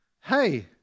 hey